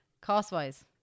Cost-wise